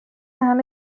همه